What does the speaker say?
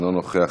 אינו נוכח.